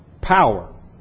power